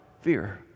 fear